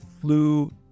flew